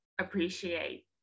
appreciate